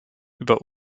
über